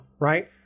right